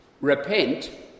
repent